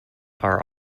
are